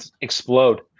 explode